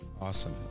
Awesome